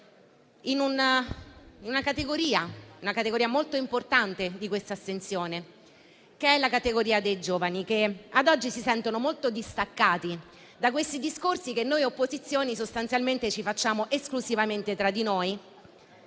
su una categoria molto importante di astenuti, i giovani, che ad oggi si sentono molto distaccati da questi discorsi che noi opposizioni sostanzialmente facciamo esclusivamente tra di noi,